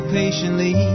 patiently